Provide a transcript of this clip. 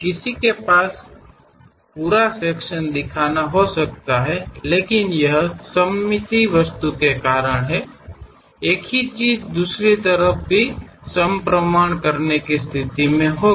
किसी के पास दिखाने को पूरा सेक्शन हो सकता है लेकिन यह सममित वस्तु के कारण है एक ही चीज़ दूसरी तरफ भी संपरमान करने की स्थिति में होगी